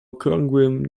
okrągłym